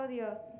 Dios